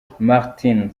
martin